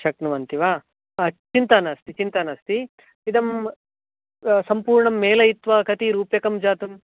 शक्नुवन्ति वा हा चिन्ता नास्ति चिन्ता नास्ति इदं सम्पूर्णं मेलयित्वा कति रूप्यकं जातं